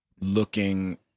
looking